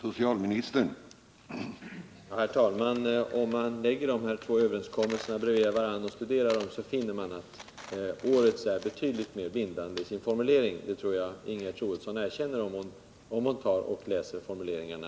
Herr talman! Om man lägger de här två överenskommelserna bredvid varandra och studerar dem, finner man att årets är betydligt mer bindande i sin formulering. Det tror jag att Ingegerd Troedsson också erkänner, om hon läser formuleringarna.